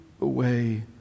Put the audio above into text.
away